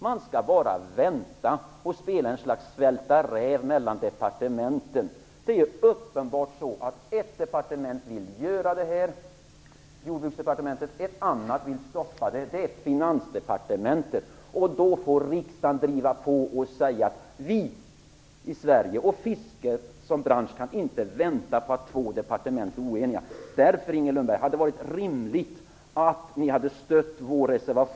Man skall bara vänta och spela ett slags "svälta räv" mellan departementen. Ett departement vill uppenbarligen göra det här - Jordbruksdepartementet. Ett annat departement vill stoppa detta - Finansdepartementet. I det läget får riksdagen driva på och säga: Såväl vi i Sverige som fisket som bransch kan inte vänta på grund av att två departement är oeniga. Därför hade det varit rimligt, Inger Lundberg, att stödja reservation 2 från Vänsterpartiet.